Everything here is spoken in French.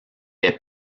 est